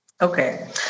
Okay